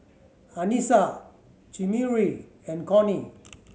Anissa Chimere and Cornie